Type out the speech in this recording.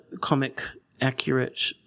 comic-accurate